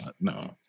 No